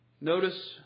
Notice